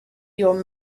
your